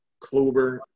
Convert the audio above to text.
Kluber